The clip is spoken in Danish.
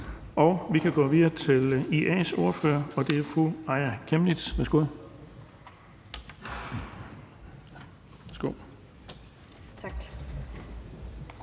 Vi kan gå videre til IA's ordfører, og det er fru Aaja Chemnitz. Værsgo.